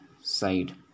side